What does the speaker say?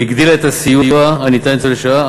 והגדילה את הסיוע הניתן לניצולי שואה,